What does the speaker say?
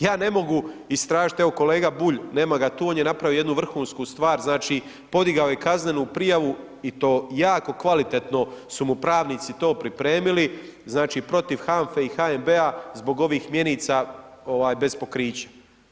Ja ne mogu istražiti, evo kolega Bulj, nema ga tu, on je napravio jednu vrhunsku stvar, znači podigao je kaznenu prijavu i to jako kvalitetno su mu pravnici to pripremili, znači protiv HANFA-e i HNB-a zbog ovih mjenica bez pokrića.